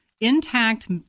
intact